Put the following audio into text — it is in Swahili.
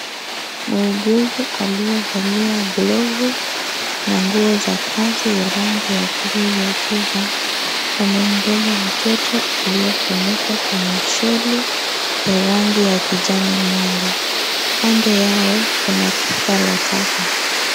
Muuguzi aliyevalia glavu na nguo za kazi ya rangi ya bluu ya giza amembeba mtoto aliyefunikwa kwenye shawl ya rangi ya kijani mwanga kando yao kuna pipa la taka.